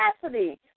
capacity